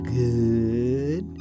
good